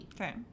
Okay